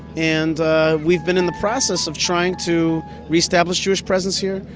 and ah we've been in the process of trying to reestablish jewish presence here,